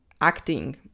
acting